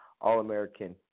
All-American